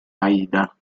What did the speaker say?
aida